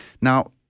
Now